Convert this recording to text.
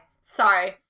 Sorry